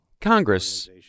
Congress